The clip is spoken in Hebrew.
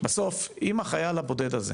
בסוף אם החייל הבודד הזה